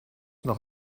noch